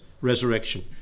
resurrection